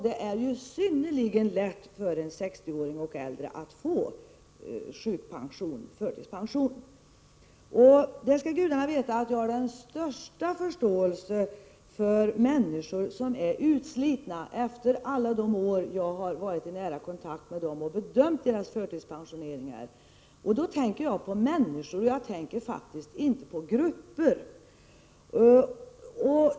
Det är synnerligen lätt för en 60-åring eller en äldre person att få sjukpension eller förtidspension. Gudarna skall veta att jag har den största förståelse för människor som är utslitna, efter alla de år som jag har varit i nära kontakt med dem och bedömt deras förtidspensioneringar. Då tänker jag på människor — jag tänker faktiskt inte på grupper.